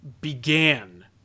began